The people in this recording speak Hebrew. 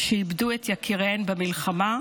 שאיבדו את יקיריהן במלחמה.